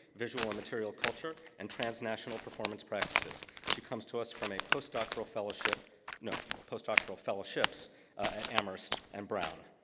visual and material culture, and transnational performance practices. she comes to us from a post-doctoral fellowship no, post-doctoral fellowships at amherst and brown.